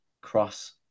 Cross